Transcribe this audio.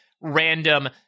random